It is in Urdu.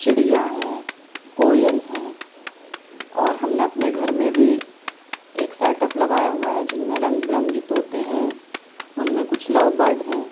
چڑیا ہیں کوئل ہیں اور ہم نے اپنے گھر میں بھی ایک سیٹپ لگایا ہوا ہے جن میں رنگ برنگی طوطے ہیں ان میں کچھ لو برڈ ہیں